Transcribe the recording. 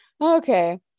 okay